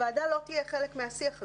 הוועדה לא תהיה חלק מהשיח הזה.